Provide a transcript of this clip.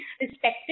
respected